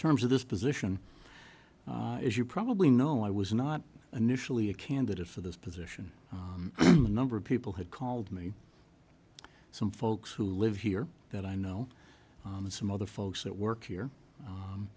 terms of this position as you probably know i was not initially a candidate for this position the number of people had called me some folks who live here that i know some other folks that work here